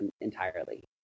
entirely